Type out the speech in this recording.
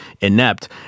inept